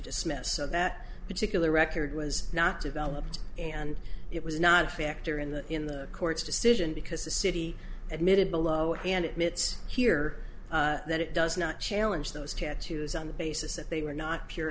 dismiss so that particular record was not developed and it was not a factor in the in the court's decision because the city admitted below and it meets here that it does not challenge those tattoos on the basis that they were not pure